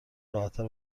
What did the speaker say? راحتتر